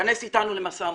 כנס איתנו למשא ומתן.